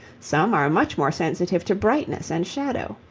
some are much more sensitive to brightness and shadow.